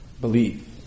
believe